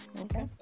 okay